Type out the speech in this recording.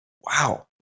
wow